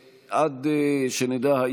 בעד, וחבר הכנסת בן ברק נגד.